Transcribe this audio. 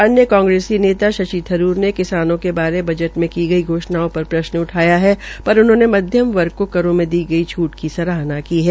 अन्य कांग्रेसी नेता शशि थरूर ने किसानों के बारे बजट में की गई घोष्णा पर प्रश्न उठाया है पर उन्होंने मध्यम वर्ग के करो में दी गई छूट की सराहना की है